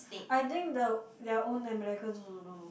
I think the their own Americans also don't know